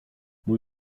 mój